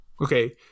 okay